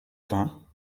vingts